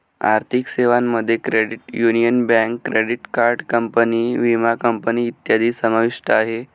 आर्थिक सेवांमध्ये credit union, bank, credit card company, विमा कंपनी इत्यादी समाविष्ट आहे